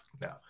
No